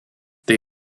they